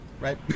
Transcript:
Right